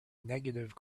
negative